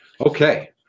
Okay